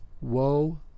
woe